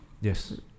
Yes